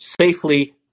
safely